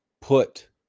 put